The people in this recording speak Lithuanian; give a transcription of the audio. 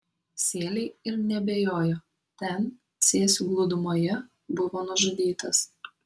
sėliai ir neabejojo ten cėsių glūdumoje buvo nužudytas